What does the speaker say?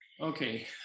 Okay